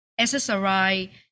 ssri